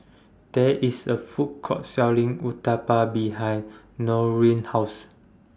There IS A Food Court Selling Uthapam behind Norine's House